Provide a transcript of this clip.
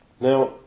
Now